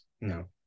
No